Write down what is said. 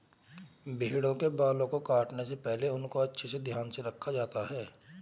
भेड़ों के बाल को काटने से पहले उनका अच्छे से ख्याल रखा जाता है